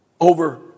over